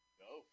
go